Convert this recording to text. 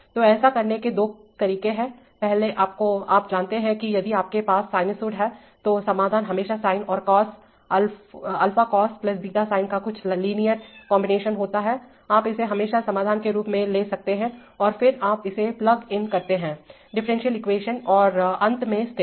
तो ऐसा करने के दो तरीके हैं पहले आप जानते हैं कि यदि आपके पास साइनसॉइड है तो समाधान हमेशा साइन और कॉस α cos β sine का कुछ लाइनर कॉम्बिनेशन होता है आप इसे हमेशा समाधान के रूप में ले सकते हैं और फिर आप इसे प्लग इन करते हैं डिफरेंशियल ईक्वेशन और अंत में स्थिर